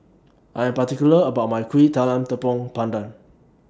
I Am particular about My Kuih Talam Tepong Pandan